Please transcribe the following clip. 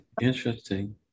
Interesting